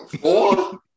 Four